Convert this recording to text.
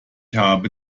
habe